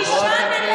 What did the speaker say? חברת הכנסת מאי גולן.